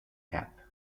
cap